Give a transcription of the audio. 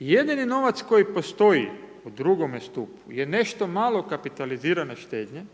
Jedini novac koji postoji u drugome stupu je nešto malo kapitalizirane štednje